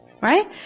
Right